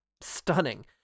stunning